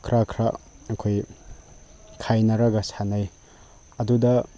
ꯈꯔ ꯈꯔ ꯑꯩꯈꯣꯏ ꯈꯥꯏꯅꯔꯒ ꯁꯥꯟꯅꯩ ꯑꯗꯨꯗ